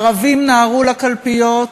הערבים נהרו לקלפיות,